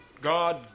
God